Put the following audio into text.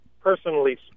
personally